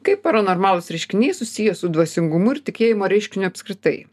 kaip paranormalūs reiškiniai susiję su dvasingumu ir tikėjimo reiškiniu apskritai